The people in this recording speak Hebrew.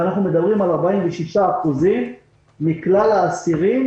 אנחנו מדברים ש-46% מכלל האסירים